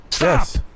Yes